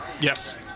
Yes